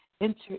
enter